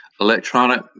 electronic